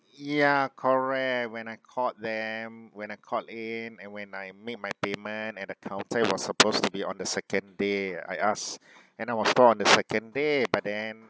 ya correct when I called them when I called in and when I made my payment at the counter was supposed to be on the second day I ask and I was told on the second day but then